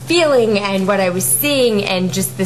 אדוני השר,